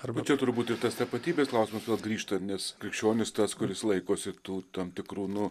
arba čia turi būt ir tas tapatybės klausimas vėl grįžtant nes krikščionis tas kuris laikosi tų tam tikrų nu